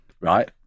right